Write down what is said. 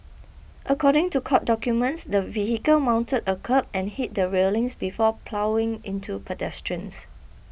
according to court documents the vehicle mounted a kerb and hit the railings before ploughing into pedestrians